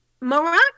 Morocco